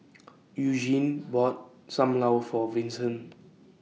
Eugenie bought SAM Lau For Vincent